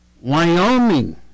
Wyoming